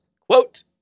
quote